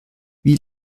wie